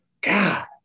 God